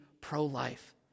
pro-life